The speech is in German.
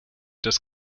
des